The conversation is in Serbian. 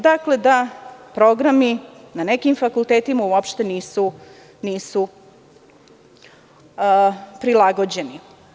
Dakle, programi na nekim fakultetima uopšte nisu prilagođeni.